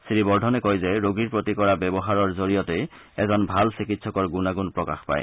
শ্ৰীবৰ্ধনে কয় যে ৰোগীৰ প্ৰতি কৰা ব্যৱহাৰৰ জৰিয়তে এজন ভাল চিকিৎসকৰ গুণাগুণ প্ৰকাশ পায়